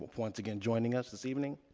once again joining us this evening.